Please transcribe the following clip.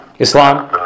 Islam